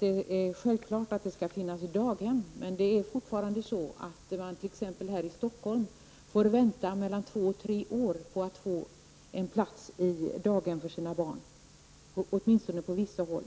det självfallet skall finnas daghem. Men fortfarande måste man t.ex. i Stockholm vänta två tre år för att få en plats på daghem för sina barn, åtminstone på vissa håll.